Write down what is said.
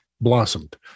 blossomed